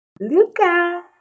Luca